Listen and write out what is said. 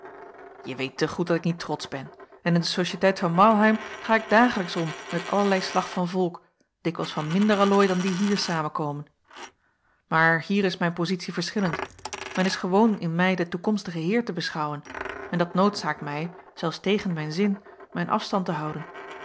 je weet te goed dat ik niet trotsch ben en in de sociëteit van marlheim ga ik dagelijks om met allerlei slag van volk dikwijls van minder allooi dan die hier samenkomen maar hier is mijn pozitie verschillend men is gewoon in mij den toekomstigen heer te beschouwen en dat noodzaakt mij zelfs tegen mijn zin mijn afstand te houden